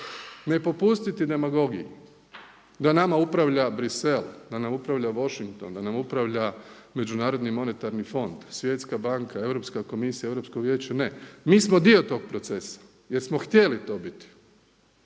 Ne popustiti demagogiji da nama upravlja Bruxelles, da nama upravlja Washington, da nama upravlja MMF, Svjetska banka, Europska komisija, Europsko vijeće, ne. Mi smo dio tog procesa jer smo htjeli to biti.